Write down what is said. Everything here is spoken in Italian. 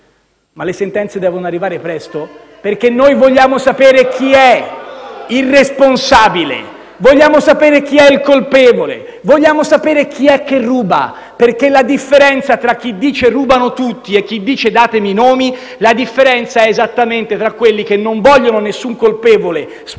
Ma le sentenze devono arrivare presto, perché noi vogliamo sapere chi è il responsabile, vogliamo sapere chi è il colpevole, vogliamo sapere chi è che ruba, perché la differenza che c'è tra chi dice che rubano tutti e chi dice "datemi i nomi" è esattamente la stessa differenza che c'è tra quelli che non vogliono nessun colpevole, sparando